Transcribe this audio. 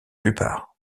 plupart